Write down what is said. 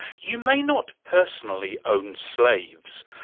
you may not personally own slaves,